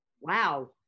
Wow